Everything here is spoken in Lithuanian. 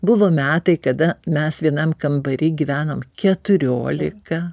buvo metai kada mes vienam kambary gyvenom keturiolika